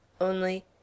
Only—